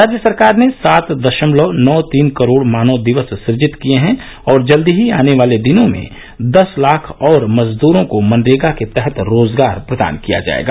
राज्य सरकार ने सात दशमलव नौ तीन करोड़ मानव दिवस सुजित किए हैं और जल्दी ही आने वाले दिनों में दस लाख और मजदूरों को मनरेगा के तहत रोजगार प्रदान किया जाएगा